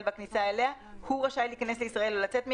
והכניסה אליה - הוא רשאי להיכנס לישראל או לצאת ממנה,